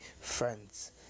friends